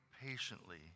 patiently